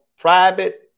private